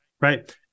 right